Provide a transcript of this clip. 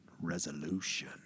Resolution